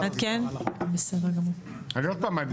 אני רק מדגיש עוד פעם,